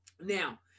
Now